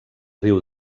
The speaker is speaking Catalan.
riu